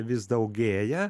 vis daugėja